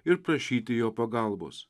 ir prašyti jo pagalbos